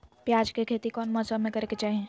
प्याज के खेती कौन मौसम में करे के चाही?